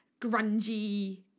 grungy